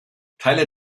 teile